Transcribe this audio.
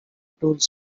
tools